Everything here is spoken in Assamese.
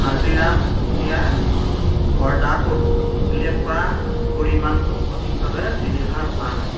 হালদিৰাম বুণ্ডিয়াৰ অৰ্ডাৰটোত উল্লেখ কৰা পৰিমাণটো সঠিকভাৱে ডেলিভাৰ হোৱা নাই